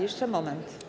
Jeszcze moment.